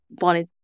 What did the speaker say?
wanted